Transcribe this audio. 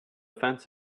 fence